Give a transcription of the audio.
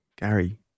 Gary